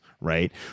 right